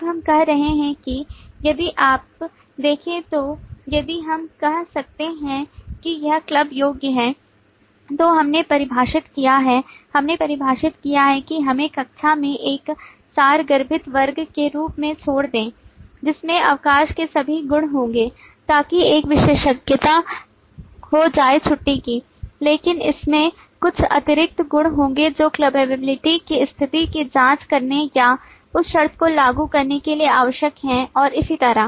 अब हम कह रहे हैं कि यदि आप देखें तो यदि हम कहते हैं कि यह क्लब योग्य है तो हमने परिभाषित किया है हमने परिभाषित किया है कि हमें कक्षा में एक सारगर्भित वर्ग के रूप में छोड़ दें जिसमें अवकाश के सभी गुण होंगे ताकि एक विशेषज्ञता हो जाए छुट्टी की लेकिन इसमें कुछ अतिरिक्त गुण होंगे जो clubbability की स्थिति की जांच करने या उस शर्त को लागू करने के लिए आवश्यक हैं और इसी तरह